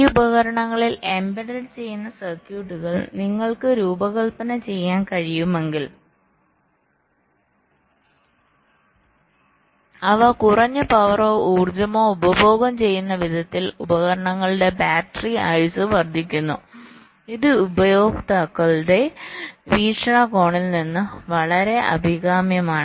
ഈ ഉപകരണങ്ങളിൽ എംബെഡഡ് ചെയ്യുന്ന സർക്യൂട്ടുകൾ നിങ്ങൾക്ക് രൂപകൽപ്പന ചെയ്യാൻ കഴിയുമെങ്കിൽ അവ കുറഞ്ഞ പവറോ ഊർജമോ ഉപഭോഗം ചെയ്യുന്ന വിധത്തിൽ ഉപകരണങ്ങളുടെ ബാറ്ററി ആയുസ്സ് വർദ്ധിക്കുന്നു ഇത് ഉപയോക്താക്കളുടെ വീക്ഷണകോണിൽ നിന്ന് വളരെ അഭികാമ്യമാണ്